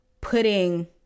putting